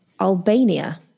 Albania